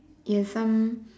it's some